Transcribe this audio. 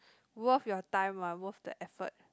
worth your time ah worth the effort